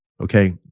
okay